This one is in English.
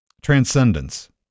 transcendence